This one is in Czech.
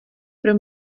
pro